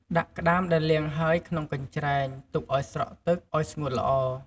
ដាក់ក្ដាមដែលលាងហើយក្នុងកញ្ច្រែង ទុកឲ្យស្រក់ទឹកឲ្យស្ងួតល្អ។